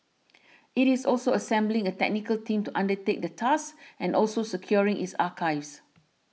it is also assembling a technical team to undertake the task and also securing its archives